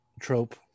trope